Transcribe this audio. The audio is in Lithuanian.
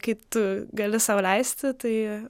kai tu gali sau leisti tai